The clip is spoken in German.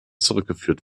zurückgeführt